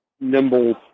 nimble